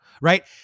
Right